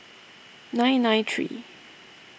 nine nine three